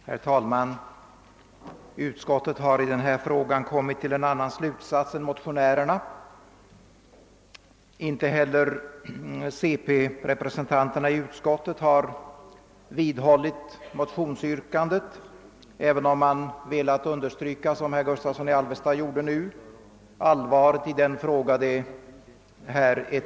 Herr talman! Utskottet har i denna fråga kommit till en annan slutsats än motionärerna. Inte heller cp-representanterna i utskottet har vidhållit motionsyrkandet, även om de genom herr Gustavsson i Alvesta velat understryka allvaret i den fråga som behandlas.